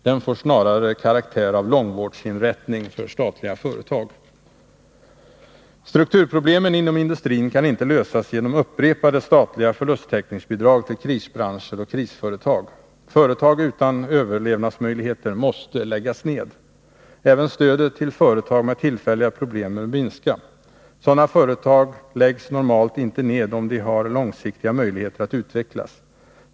Den får snarare karaktär av långvårdsinrättning för statliga företag! Strukturproblemen inom industrin kan inte lösas genom upprepade statliga förlusttäckningsbidrag till krisbranscher och krisföretag. Företag utan överlevnadsmöjligheter måste läggas ned. Även stödet till företag med tillfälliga problem bör minska. Sådana företag läggs normalt inte ned, om de harlångsiktiga möjligheter att utvecklas.